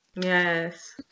Yes